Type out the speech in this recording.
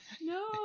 No